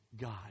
God